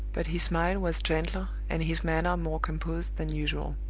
but his smile was gentler and his manner more composed than usual.